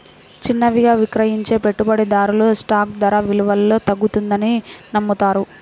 చిన్నవిగా విక్రయించే పెట్టుబడిదారులు స్టాక్ ధర విలువలో తగ్గుతుందని నమ్ముతారు